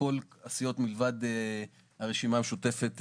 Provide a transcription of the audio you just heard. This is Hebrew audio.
שכל הסיעות מלבד הרשימה המשותפת,